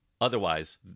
otherwise